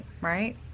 right